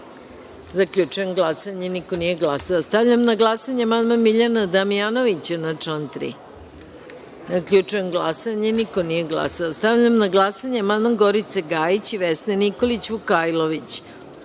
3.Zaključujem glasanje: niko nije glasao. Stavljam na glasanje amandman Miljana Damjanovića na član 3.Zaključujem glasanje: niko nije glasao. Stavljam na glasanje amandmane Gorice Gajić i Vesne Nikolić Vukajlović